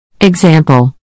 Example